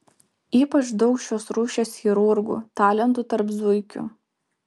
ypač daug šios rūšies chirurgų talentų tarp zuikių